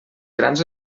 grans